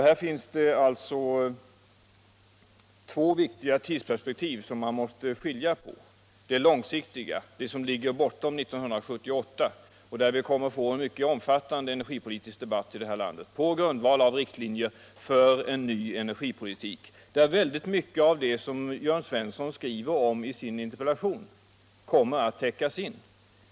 Här finns alltså två viktiga tidsperspektiv som man måste skilja på. När det gäller det långsiktiga perspektivet, som avser tiden efter 1978, kommer vi alt få en mycket omfattande energipolitisk debatt i landet på grundval av riktlinjer för en ny energipolitik, en debatt där mycket av det som Jörn Svensson skriver om i sin interpellation kommer att täckas in.